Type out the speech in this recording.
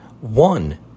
One